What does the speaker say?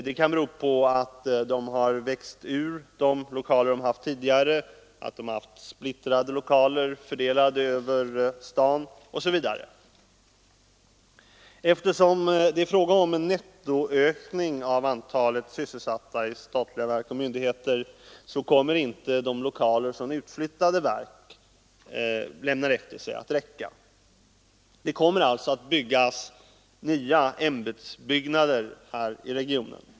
Det kan bero på att de har växt ur de lokaler de tidigare haft, att de haft lokaler spridda över olika delar av staden osv. Eftersom det är fråga om en nettoökning av antalet sysselsatta i statliga verk och myndigheter så kommer inte de lokaler som de utflyttade lämnar att räcka. Det kommer alltså att byggas nya ämbetslokaler i regionen.